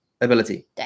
ability